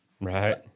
Right